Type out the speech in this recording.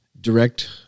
direct